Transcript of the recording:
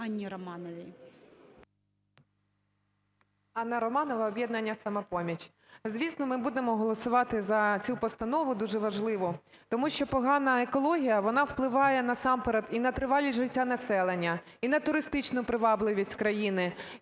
Анна Романова, "Об'єднання "Самопоміч". Звісно, ми будемо голосувати за цю постанову дуже важливу. Тому що погана екологія, вона впливає насамперед і на тривалість життя населення, і на туристичну привабливість країни.